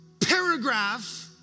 paragraph